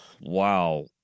Wow